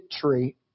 tree